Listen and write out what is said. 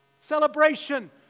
celebration